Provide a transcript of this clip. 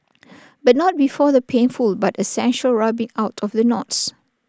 but not before the painful but essential rubbing out of the knots